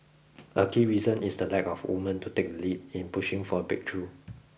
a key reason is the lack of women to take the lead in pushing for a breakthrough